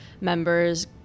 members